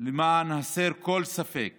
למען הסר כל ספק